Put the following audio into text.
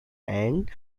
and